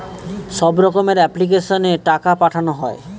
সব রকমের এপ্লিক্যাশনে টাকা পাঠানো হয়